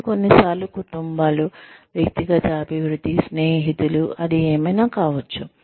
ఇది కొన్నిసార్లు కుటుంబాలు వ్యక్తిగత అభివృద్ధి స్నేహితులు అది ఏదైనా కావచ్చు